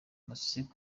mekseb